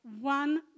one